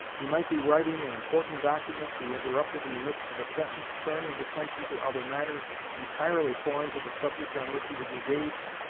he might be writing an important document, be interrupted in the midst of a sentence, turn his attention to other matters entirely foreign to the subject on which he was engaged,